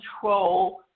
control